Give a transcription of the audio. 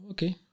Okay